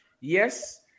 yes